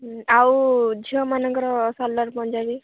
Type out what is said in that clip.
ହୁଁ ଆଉ ଝିଅମାନଙ୍କର ସାଲୁଆର ପଞ୍ଜାବି